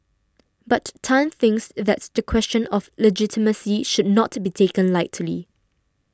but Tan thinks that's the question of legitimacy should not be taken lightly